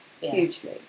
hugely